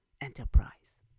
enterprise